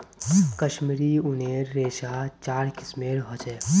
कश्मीरी ऊनेर रेशा चार किस्मेर ह छे